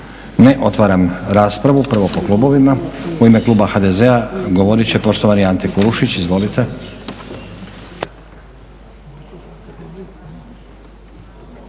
Ne. Otvaram raspravu, prvo po klubovima. U ime kluba HDZ-a govorit će poštovani Ante Kulušić. Izvolite.